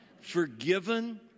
forgiven